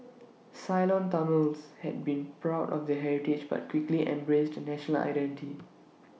Ceylon Tamils had been proud of their heritage but quickly embraced A national identity